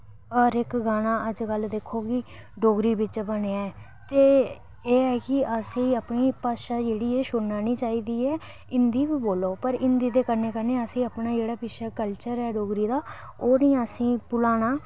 हर इक्क गाना अज्जकल दिक्खो जी डोगरी बिच बनेआ ऐ ते एह् ऐ कि असेंगी जेह्ड़ी अपनी भाशा ऐ ओह् छोड़ना निं चाहिदी ऐ हिंदी बी बोल्लो पर हिंदी दे कन्नै कन्नै जेह्ड़ा साढ़ा अपना डोगरी दा कल्चर ऐ ओह् निं असें ई भुलाना